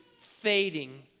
fading